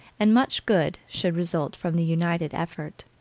and much good should result from the united effort.